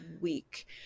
week